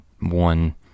one